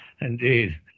Indeed